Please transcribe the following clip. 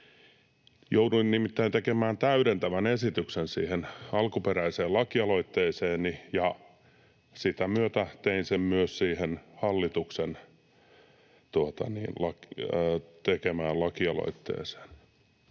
Jouduin nimittäin tekemään täydentävän esityksen siihen alkuperäiseen lakialoitteeseeni. Sitä myötä tein sen myös siihen hallituksen tekemään lakialoitteeseen.